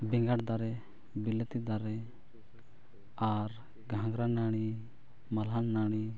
ᱵᱮᱸᱜᱟᱲ ᱫᱟᱨᱮ ᱵᱤᱞᱟᱹᱛᱤ ᱫᱟᱨᱮ ᱟᱨ ᱜᱷᱟᱸᱜᱽᱨᱟ ᱱᱟᱹᱲᱤ ᱢᱟᱞᱦᱟᱱ ᱱᱟᱹᱲᱤ